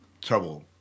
trouble